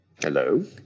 Hello